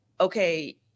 okay